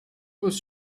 was